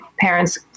parents